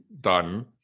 done